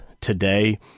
today